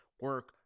Work